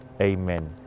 Amen